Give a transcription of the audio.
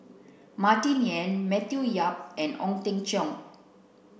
Martin Yan Matthew Yap and Ong Teng Cheong